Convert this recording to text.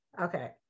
Okay